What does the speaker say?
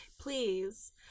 Please